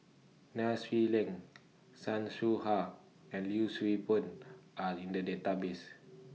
Nai Swee Leng Chan Soh Ha and Yee Siew Pun Are in The Database